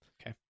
Okay